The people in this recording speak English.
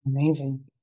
Amazing